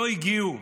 לא הגיעו.